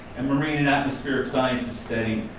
and marine and atmospheric science is steady.